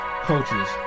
Coaches